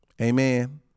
Amen